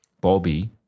Bobby